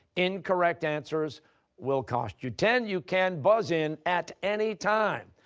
incorrect answers will cost you ten. you can buzz in at any time.